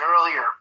earlier